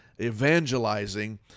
evangelizing